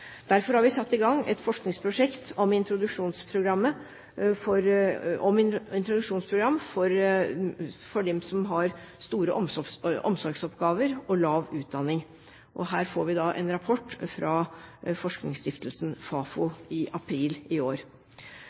Derfor har vi satt i gang et forskningsprosjekt om introduksjonsprogram for dem som har store omsorgsoppgaver og lav utdanning. Vi får en rapport om dette fra forskningsstiftelsen Fafo i april i år.